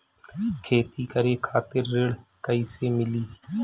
खेती करे खातिर ऋण कइसे मिली?